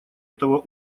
этого